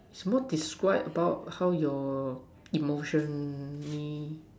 so describe how your emotionally